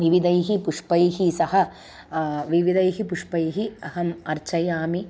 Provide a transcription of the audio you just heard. विविधैः पुष्पैः सह विविधैः पुष्पैः अहम् अर्चयामि